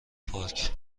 پارک